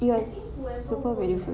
it was super beautiful